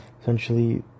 Essentially